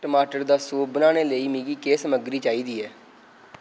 टमाटर दा सूप बनाने लेई मिगी केह् समग्गरी चाहिदी ऐ